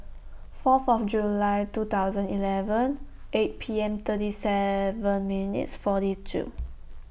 four of July two thousand eleven eight P M thirty seven minutes forty two